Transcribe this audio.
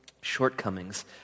shortcomings